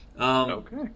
Okay